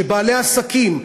שבעלי עסקים,